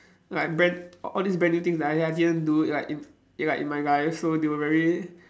like brand a~ all this brand new things that I I didn't do like in like in my life so they were very